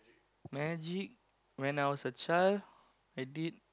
magic when I was a child I did